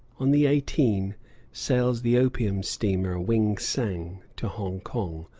on the eighteenth sails the opium steamer wing-sang to hong-kong,